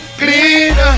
clean